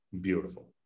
Beautiful